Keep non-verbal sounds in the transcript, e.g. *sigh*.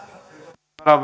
arvoisa *unintelligible*